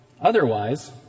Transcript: Otherwise